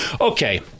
Okay